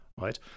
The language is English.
right